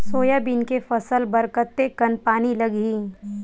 Soybean के फसल बर कतेक कन पानी लगही?